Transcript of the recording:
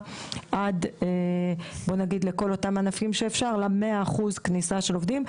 עד לכל אותם עפים שאפשר ל-100% כניסה של עובדים.